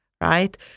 right